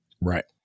Right